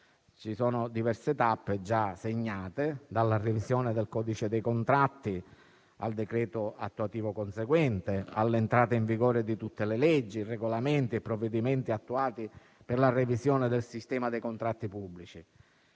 Ci sono diverse tappe già segnate: dalla revisione del codice dei contratti, al decreto attuativo conseguente, all'entrata in vigore di tutte le leggi, regolamenti e provvedimenti attuati per la revisione del sistema dei contratti pubblici,